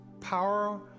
Power